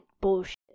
Bullshit